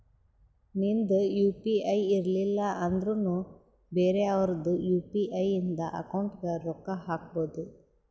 ನಿಂದ್ U P I ಇರ್ಲಿಲ್ಲ ಅಂದುರ್ನು ಬೇರೆ ಅವ್ರದ್ ಯು.ಪಿ.ಐ ಇಂದ ಅಕೌಂಟ್ಗ್ ರೊಕ್ಕಾ ಹಾಕ್ಬೋದು